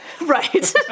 Right